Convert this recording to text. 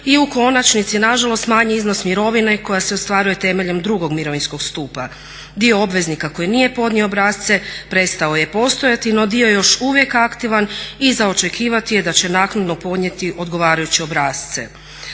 i u konačnici nažalost manji iznos mirovine koja se ostvaruje temeljem drugog mirovinskog stupa. Dio obveznika koji nije podnio obrasce prestao je postojati no dio je još uvijek aktivan i za očekivati je da će naknadno podnijeti odgovarajuće obrasce.